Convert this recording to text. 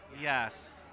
Yes